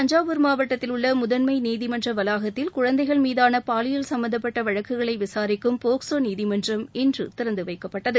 தஞ்சாவூர் மாவட்டத்தில் உள்ள முதன்மை நீதிமன்ற வளாகத்தில் குழந்தைகள் மீதான பாலியல் சும்பந்தப்பட்ட வழக்குகளை விசாரிக்கும் போக்சோ நீதிமன்றம் இன்று திறந்து வைக்கப்பட்டது